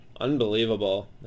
unbelievable